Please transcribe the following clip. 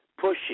Pushing